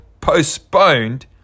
postponed